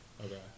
Okay